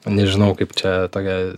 nežinau kaip čia tokią